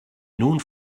nun